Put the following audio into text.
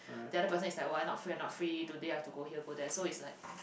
the other person is like oh I not free not free today I have to go here go there so is like